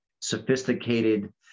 sophisticated